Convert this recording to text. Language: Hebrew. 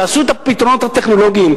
תעשו את הפתרונות הטכנולוגיים,